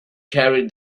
carried